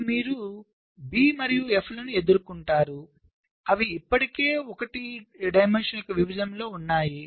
అప్పుడు మీరు B మరియు F ను ఎదుర్కొంటారు అవి ఇప్పటికే 1 యొక్క విభజనలో ఉన్నాయి